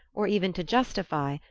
or even to justify,